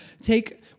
take